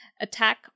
Attack